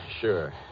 Sure